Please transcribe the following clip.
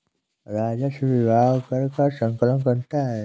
राजस्व विभाग कर का संकलन करता है